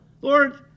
Lord